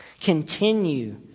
Continue